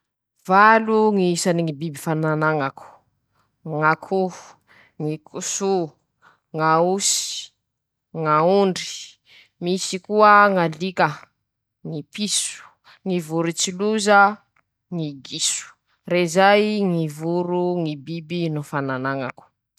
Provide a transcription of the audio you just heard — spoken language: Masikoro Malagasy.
Zaho aloha tsy mpisakafo añatiny hôtely, sady mbo tsy nisakafo tañatiny hôtely ndra indraiky, ka tsy misy ñy azoko volañe aminy ñy fisakafoanako aminy ñy hôtely.